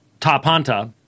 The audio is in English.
tapanta